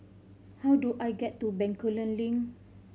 how do I get to Bencoolen Link